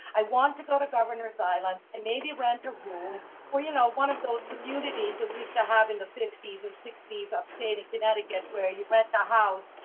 i want to go to governor's island and maybe rent a room where, you know, one of those communities that we used to have in the fifties or sixties upstate, in connecticut where you rent the house.